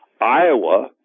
Iowa